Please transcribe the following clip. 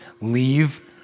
leave